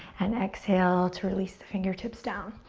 and exhale to release the fingertips down.